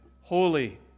holy